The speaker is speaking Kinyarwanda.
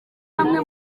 bamwe